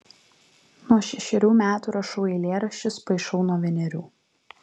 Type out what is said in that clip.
nuo šešerių metų rašau eilėraščius paišau nuo vienerių